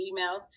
emails